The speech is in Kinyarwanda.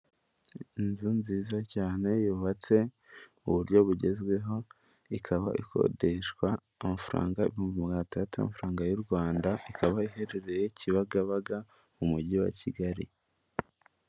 Inzu nziza cyane yubatse mu buryo bugezweho ikaba ikodeshwa amafaranga ibihumbi magana atandatu by'amafaranga y'u Rwanda, ikaba iherereye Kibagabaga mu mujyi wa Kigali.